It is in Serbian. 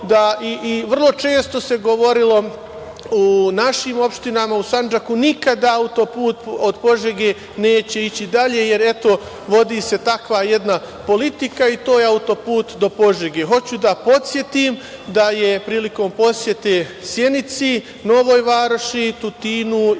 i vrlo često se govorilo u našim opštinama, u Sandžaku, nikada autoput od Požege neće ići dalje, jer eto, vodi se takva jedna politika i to je autoput do Požege. Hoću da podsetim, da je prilikom posete Sjenici, Novoj Varoši, Tutinu